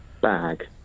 Bag